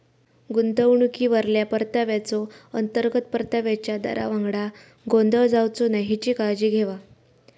गुंतवणुकीवरल्या परताव्याचो, अंतर्गत परताव्याच्या दरावांगडा गोंधळ जावचो नाय हेची काळजी घेवा